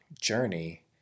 journey